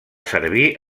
servir